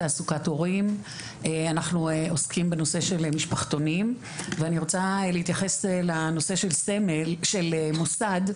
אנחנו עוסקים בנושא של משפחתונים ואני רוצה להתייחס לנושא של מוסד.